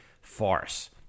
farce